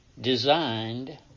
designed